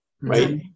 right